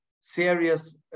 serious